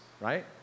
right